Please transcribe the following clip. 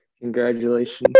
Congratulations